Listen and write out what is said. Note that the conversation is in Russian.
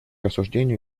обсуждению